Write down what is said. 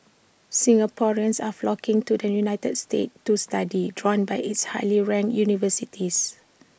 Singaporeans are flocking to the united states to study drawn by its highly ranked universities